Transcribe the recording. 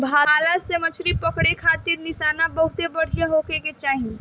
भाला से मछरी पकड़े खारित निशाना बहुते बढ़िया होखे के चाही